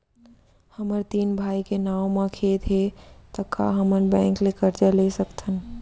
हमर तीन भाई के नाव म खेत हे त का हमन बैंक ले करजा ले सकथन?